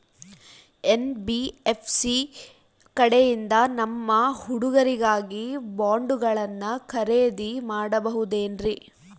NBFC ಕಡೆಯಿಂದ ನಮ್ಮ ಹುಡುಗರಿಗಾಗಿ ಬಾಂಡುಗಳನ್ನ ಖರೇದಿ ಮಾಡಬಹುದೇನ್ರಿ?